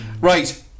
Right